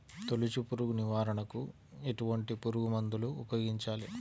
తొలుచు పురుగు నివారణకు ఎటువంటి పురుగుమందులు ఉపయోగించాలి?